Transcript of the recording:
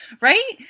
Right